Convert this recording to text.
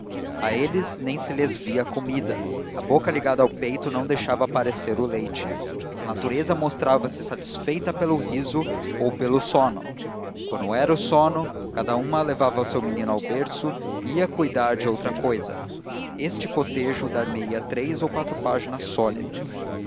a eles nem se lhes via a comida a boca ligada ao peito não deixava aparecer o leite a natureza mostrava-se satisfeita pelo riso ou pelo sono quando era o sono cada uma levava o seu menino ao berço e ia cuidar de outra cousa este cotejo dar me ia três ou quatro páginas sólidas